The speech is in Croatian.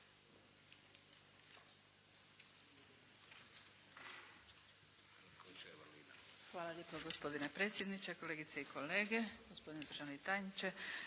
Hvala lijepa gospodine predsjedniče, kolegice i kolege, gospodine državni tajniče.